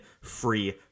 free